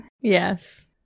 Yes